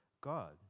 god